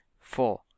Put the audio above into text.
Four